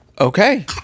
Okay